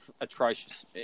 atrocious